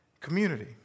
community